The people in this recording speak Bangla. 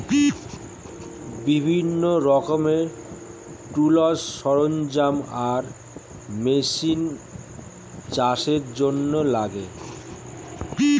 বিভিন্ন রকমের টুলস, সরঞ্জাম আর মেশিন চাষের জন্যে লাগে